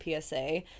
PSA